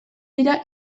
dira